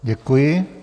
Děkuji.